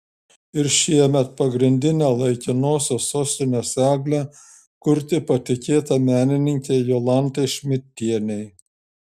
ir šiemet pagrindinę laikinosios sostinės eglę kurti patikėta menininkei jolantai šmidtienei